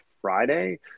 Friday